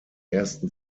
ersten